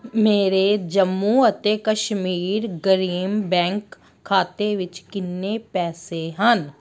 ਮੇਰੇ ਜੰਮੂ ਅਤੇ ਕਸ਼ਮੀਰ ਗ੍ਰੀਮ ਬੈਂਕ ਖਾਤੇ ਵਿੱਚ ਕਿੰਨੇ ਪੈਸੇ ਹਨ